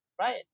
Right